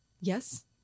yes